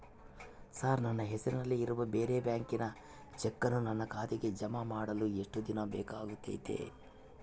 Sir ನನ್ನ ಹೆಸರಲ್ಲಿ ಇರುವ ಬೇರೆ ಬ್ಯಾಂಕಿನ ಚೆಕ್ಕನ್ನು ನನ್ನ ಖಾತೆಗೆ ಜಮಾ ಮಾಡಲು ಎಷ್ಟು ದಿನ ಬೇಕಾಗುತೈತಿ?